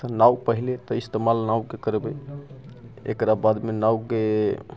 तऽ नाव पहिले तऽ इस्तेमाल नावके करबै एकरा बादमे नावके